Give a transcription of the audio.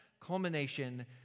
culmination